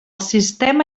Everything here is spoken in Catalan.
sistema